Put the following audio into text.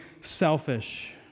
selfish